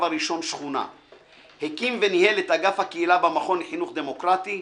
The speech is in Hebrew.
הראשון 'שכונה'; הקים וניהל את אגף הקהילה במכון לחינוך דמוקרטי,